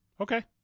Okay